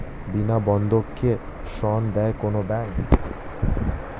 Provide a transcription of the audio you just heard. বিনা বন্ধক কে ঋণ দেয় কোন ব্যাংক?